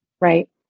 Right